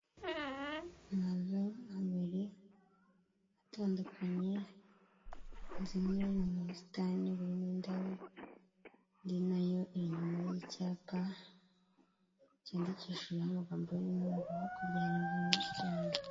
Amazu abiri atandukanye, inzu imwe iri mu busitani burimo indabo, indi nayo iri inyuma y'icyapa cyandikishijeho amagambo y'umweru, hakurya hari inzu nyinshi cyane.